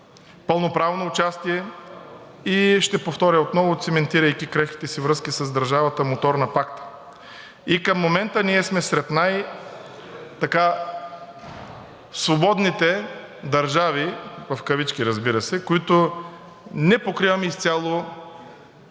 пълноправно участие и ще повторя отново, циментирайки крехките си връзки с държавата – мотор на Пакта. Към момента ние сме сред най-свободните държави в кавички, разбира се, които не покриваме изцяло